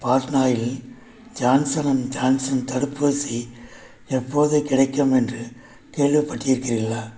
பாட்னா இல் Johnson and Johnson தடுப்பூசி எப்போது கிடைக்கும் என்று கேள்விப்பட்டிருக்கிறீர்களா